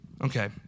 Okay